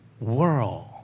world